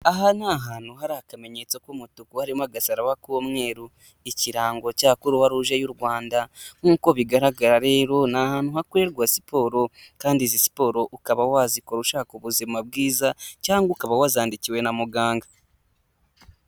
Aha ni hantu hari akamenyetso k'umutuku harimo agasaraba k'umweru, ikirango cya croix rouge y'u Rwanda. Nk'uko bigaragara rero ni ahantu hakorerwa siporo, kandi izi siporo ukaba wazikora ushaka ubuzima bwiza cyangwa ukaba wazandikiwe na muganga.